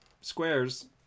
squares